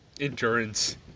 Endurance